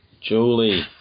Julie